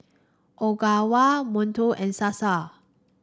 Ogawa Monto and Sasa